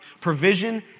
Provision